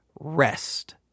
Rest